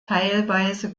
teilweise